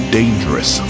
dangerous